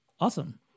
Awesome